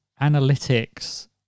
analytics